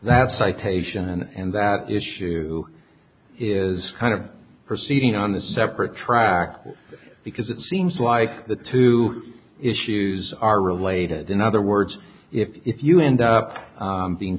that citation and that issue is kind of proceeding on a separate track because it seems like the two issues are related in other words if you end up being